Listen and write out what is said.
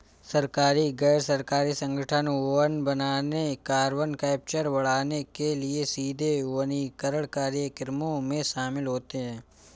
सरकारी, गैर सरकारी संगठन वन बनाने, कार्बन कैप्चर बढ़ाने के लिए सीधे वनीकरण कार्यक्रमों में शामिल होते हैं